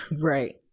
Right